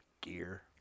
gear